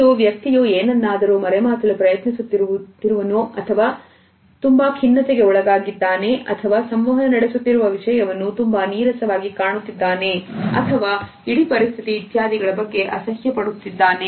ಇದು ವ್ಯಕ್ತಿಯು ಏನನ್ನಾದರೂ ಮರೆಮಾಚಲುಪ್ರಯತ್ನಿಸುತ್ತಿರುವುದು ಅಥವಾ ತುಂಬಾ ಖಿನ್ನತೆಗೆ ಒಳಗಾಗಿದ್ದಾನೆ ಅಥವಾ ಸಂವಹನ ನಡೆಸುತ್ತಿರುವ ವಿಷಯವನ್ನು ತುಂಬಾ ನೀರಸವಾಗಿ ಕಾಣುತ್ತಿದ್ದಾನೆ ಅಥವಾ ಇಡೀ ಪರಿಸ್ಥಿತಿ ಇತ್ಯಾದಿಗಳ ಬಗ್ಗೆ ಅಸಹ್ಯ ಪಡುತ್ತಿದ್ದಾನೆ